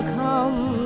come